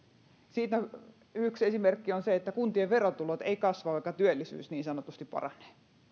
siitä yksi esimerkki on se että kuntien verotulot eivät kasva vaikka työllisyys niin sanotusti paranee